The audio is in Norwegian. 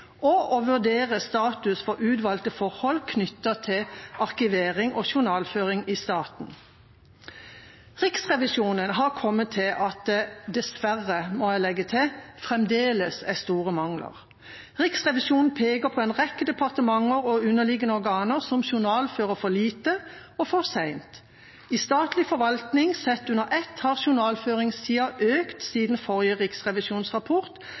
og å vurdere status på utvalgte forhold knyttet til arkivering og journalføring i staten. Riksrevisjonen har kommet til at det – dessverre, må jeg legg til – fremdeles er store mangler. Riksrevisjonen peker på en rekke departementer og underliggende organer som journalfører for lite og for sent. I statlig forvaltning sett under ett har journalføringssida økt siden forrige riksrevisjonsrapport,